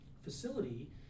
facility